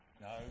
No